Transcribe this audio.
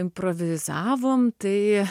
improvizavom tai